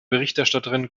berichterstatterin